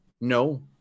no